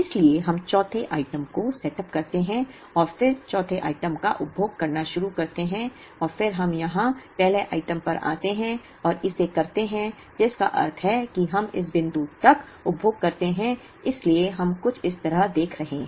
इसलिए हम चौथे आइटम को सेटअप करते हैं और फिर चौथे आइटम का उपभोग करना शुरू करते हैं और फिर हम यहां पहले आइटम पर आते हैं और इसे करते हैं जिसका अर्थ है कि हम इस बिंदु तक उपभोग करते हैं इसलिए हम कुछ इस तरह देख रहे हैं